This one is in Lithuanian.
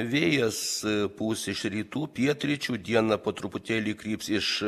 vėjas pūs iš rytų pietryčių dieną po truputėlį kryps iš